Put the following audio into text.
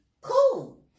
cool